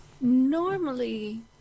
Normally